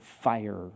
fire